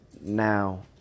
Now